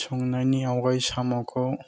संनायनि आगोल साम'खौ